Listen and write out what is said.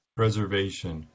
preservation